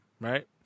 right